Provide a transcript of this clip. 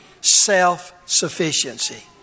self-sufficiency